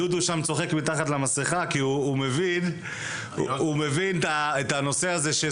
דודו שם צוחק מתחת למסכה כי הוא מבין את הנושא הזה.